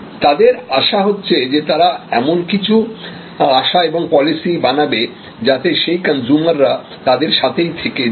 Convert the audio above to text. তাদের আশা হচ্ছে যে তারা এমন কিছু আশা এবং পলিসি বানাবে যাতে সেই কনজ্যুমাররা তাদের সাথেই থেকে যায়